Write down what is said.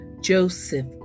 Joseph